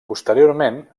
posteriorment